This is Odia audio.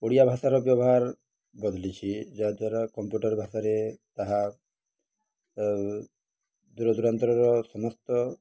ଓଡ଼ିଆ ଭାଷାର ବ୍ୟବହାର ବଦଳିଛି ଯାହା ଦ୍ୱାରା କମ୍ପ୍ୟୁଟର୍ ଭାଷାରେ ତାହା ଦୂରଦୂରାନ୍ତର ସମସ୍ତ